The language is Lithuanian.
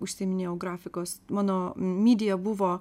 užsiiminėjau grafikos mano mydija buvo